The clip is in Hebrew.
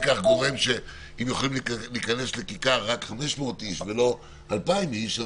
כך גורם שאם יכולים להיכנס לכיכר רק 500 איש ולא 2,000 איש,